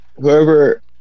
Whoever